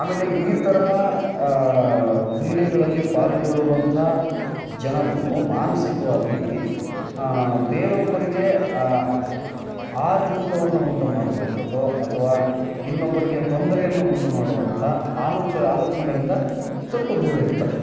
ಆಮೇಲೆ ಈ ಥರ ಕ್ರೀಡೆಗಳಲ್ಲಿ ಪಾಲ್ಗೊಳ್ಳುವಂಥ ಜನಗಳು ಮಾನಸಿಕ್ವಾಗಿ ಬೇರೊಬ್ಬರಿಗೆ ಆತಂಕವನ್ನು ಉಂಟು ಮಾಡುವಂತದ್ದು ಅಥವಾ ಇನ್ನೊಬ್ಬರಿಗೆ ತೊಂದರೆಯನ್ನು ಉಂಟು ಮಾಡುವಂತ ಆಲೋಚ ಆಲೋಚನೆಗಳಿಂದ ಸ್ವಲ್ಪ ದೂರ ಇರ್ತರೆ